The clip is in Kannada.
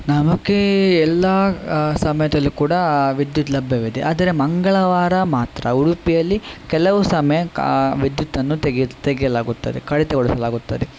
ನಮಗೆ ಎಲ್ಲ ಸಮಯದಲ್ಲಿ ಕೂಡ ವಿದ್ಯುತ್ ಲಭ್ಯವಿದೆ ಆದರೆ ಮಂಗಳವಾರ ಮಾತ್ರ ಉಡುಪಿಯಲ್ಲಿ ಕೆಲವು ಸಮಯ ವಿದ್ಯುತ್ತನ್ನು ತೆಗೆಯು ತೆಗೆಯಲಾಗುತ್ತದೆ ಕಡಿತಗೊಳಿಸಲಾಗುತ್ತದೆ